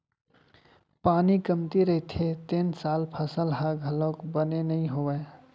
पानी कमती रहिथे तेन साल फसल ह घलोक बने नइ होवय